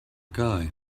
guy